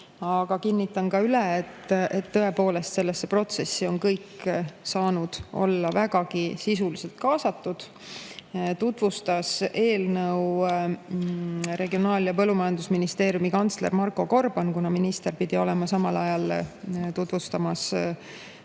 aga kinnitan üle, et tõepoolest, sellesse protsessi on kõik saanud olla vägagi sisuliselt kaasatud. Eelnõu tutvustas Regionaal‑ ja Põllumajandusministeeriumi kantsler Marko Gorban, kuna minister pidi samal ajal tutvustama